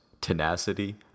tenacity